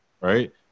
right